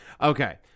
Okay